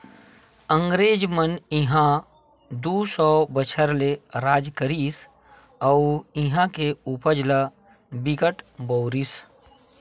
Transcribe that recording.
अंगरेज मन इहां दू सौ बछर ले राज करिस अउ इहां के उपज ल बिकट बउरिस